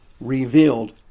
revealed